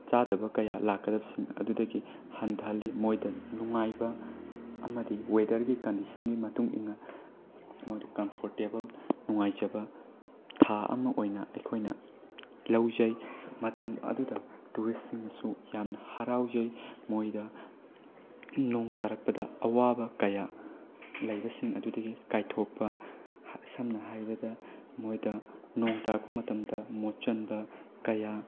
ꯆꯥꯗꯕ ꯀꯌꯥ ꯂꯥꯛꯀꯗꯕꯁꯤꯡ ꯑꯗꯨꯗꯒꯤ ꯍꯟꯊꯍꯜꯂꯤ ꯃꯣꯏꯗ ꯅꯨꯡꯉꯥꯏꯕ ꯑꯃꯗꯤ ꯋꯦꯗꯔꯒꯤ ꯀꯟꯗꯤꯁꯟꯒꯤ ꯃꯇꯨꯡꯏꯟꯅ ꯃꯣꯏꯗ ꯀꯝꯐꯣꯔꯇꯦꯕꯜ ꯅꯨꯡꯉꯥꯏꯖꯕ ꯊꯥ ꯑꯃ ꯑꯣꯏꯅ ꯑꯩꯈꯣꯏꯅ ꯂꯧꯖꯩ ꯃꯇꯝ ꯑꯗꯨꯗ ꯇꯨꯔꯤꯁꯁꯤꯡꯅꯁꯨ ꯌꯥꯝꯅ ꯍꯔꯥꯎꯖꯩ ꯃꯣꯏꯗ ꯅꯣꯡ ꯇꯥꯔꯛꯄꯗ ꯑꯋꯥꯕ ꯀꯌꯥ ꯂꯩꯕꯁꯤꯡ ꯑꯗꯨꯗꯒꯤ ꯀꯥꯏꯊꯣꯛꯄ ꯁꯝꯅ ꯍꯥꯏꯔꯕꯗ ꯃꯣꯏꯗ ꯅꯣꯡ ꯇꯥꯔꯛꯄ ꯃꯇꯝꯗ ꯃꯣꯠꯁꯤꯟꯕ ꯀꯌꯥ